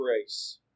grace